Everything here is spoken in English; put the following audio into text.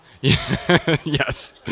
Yes